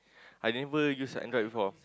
I didn't bother use Android before